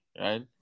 right